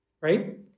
right